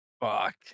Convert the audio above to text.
Fuck